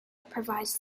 provides